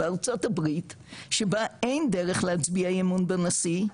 בארצות הברית שבה אין דרך להצביע אי אמון בנשיא,